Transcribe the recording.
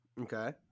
okay